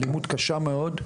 אלימות קשה מאוד.